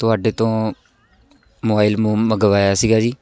ਤੁਹਾਡੇ ਤੋਂ ਮੋਬਾਈਲ ਮ ਮੰਗਵਾਇਆ ਸੀਗਾ ਜੀ